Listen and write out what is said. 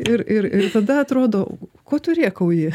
ir ir ir tada atrodo ko tu rėkauji